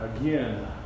again